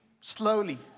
slowly